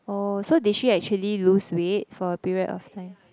oh so did she actually lose weight for a period of time